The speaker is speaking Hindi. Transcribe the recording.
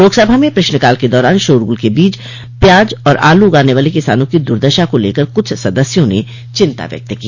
लोकसभा में प्रश्नकाल के दौरान शोरगुल के बीच प्याज और आलू उगाने वाले किसानों को दुर्दशा को लेकर कुछ सदस्यों ने चिन्ता व्यक्त की